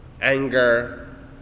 anger